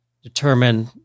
Determine